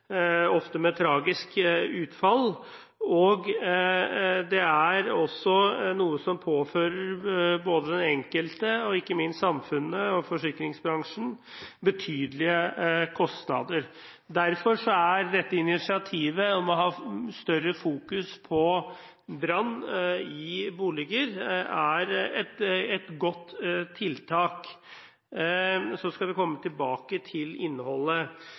ofte med tragisk utfall, og det er også noe som påfører den enkelte og ikke minst samfunnet og forsikringsbransjen betydelige kostnader. Derfor er dette initiativet for å ha større fokus på brann i boliger et godt tiltak. Så skal vi komme tilbake til innholdet.